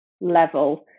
level